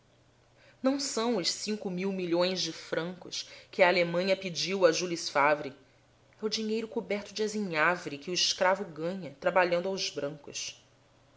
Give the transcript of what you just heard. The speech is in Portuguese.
não são os cinco mil milhões de francos que a alemanha pediu a jules favre é o dinheiro coberto de azinhavre que o escravo ganha trabalhando aos brancos